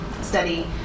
study